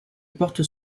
porte